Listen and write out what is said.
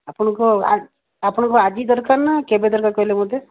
ଆପଣଙ୍କ ଆପଣଙ୍କୁ ଆଜି ଦରକାର ନା କେବେ ଦରକାର କହିଲେ ମୋତେ